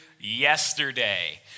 yesterday